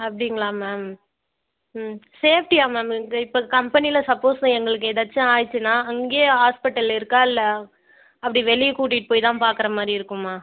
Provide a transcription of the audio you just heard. அப்டிங்களா மேம் ம் சேஃப்டியா மேம் இங்க இப்போ கம்பெனியில் சப்போஸ் எங்களுக்கு எதாச்சும் ஆகிடுச்சின்னா அங்கேயே ஹாஸ்பிட்டல் இருக்கா இல்லை அப்படி வெளியே கூட்டிகிட்டு போய் தான் பார்க்குற மாதிரி இருக்குமாம்